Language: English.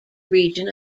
region